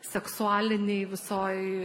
seksualinėj visoj